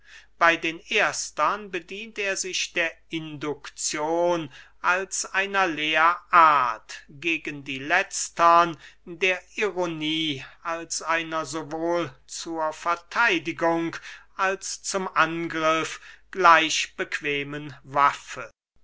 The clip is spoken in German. bey den erstern bedient er sich der indukzion als einer lehrart gegen die letztern der ironie als einer sowohl zur vertheidigung als zum angriff gleich bequemen waffe